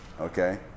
Okay